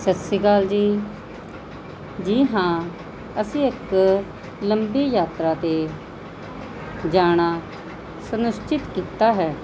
ਸਤਿ ਸ਼੍ਰੀ ਅਕਾਲ ਜੀ ਜੀ ਹਾਂ ਅਸੀਂ ਇੱਕ ਲੰਬੀ ਯਾਤਰਾ 'ਤੇ ਜਾਣਾ ਸੁਨਿਸ਼ਚਿਤ ਕੀਤਾ ਹੈ